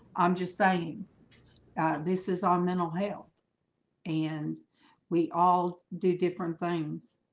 i'm just saying this is our mental health and we all do different things.